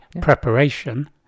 preparation